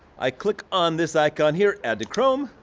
i click on this icon here, add to chrome,